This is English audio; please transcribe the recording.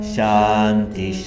Shanti